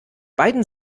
beiden